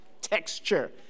texture